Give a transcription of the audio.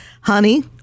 honey